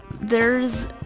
there's-